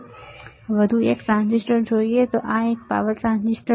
તો ચાલો આપણે એક વધુ ટ્રાંઝિસ્ટર જોઈએ અને આ છે પાવર ટ્રાન્ઝિસ્ટર